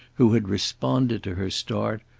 who had responded to her start,